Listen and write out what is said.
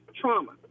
trauma